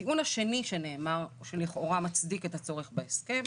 הטיעון השני שנאמר, שלכאורה מצדיק את הצורך בהסכם